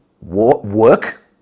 work